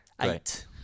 eight